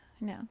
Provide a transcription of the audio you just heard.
No